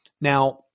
Now